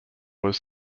was